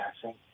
passing